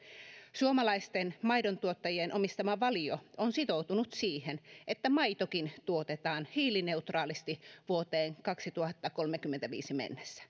suomalaisten maidontuottajien omistama valio on sitoutunut siihen että maitokin tuotetaan hiilineutraalisti vuoteen kaksituhattakolmekymmentäviisi mennessä